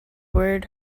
word